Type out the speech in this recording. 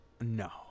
No